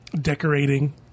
decorating